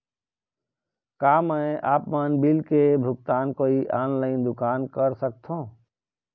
का मैं आपमन बिल के भुगतान कोई ऑनलाइन दुकान कर सकथों?